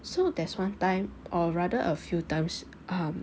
so there's one time or rather a few times um